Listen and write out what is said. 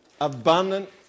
Abundant